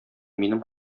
минем